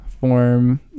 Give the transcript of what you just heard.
form